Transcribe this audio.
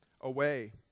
away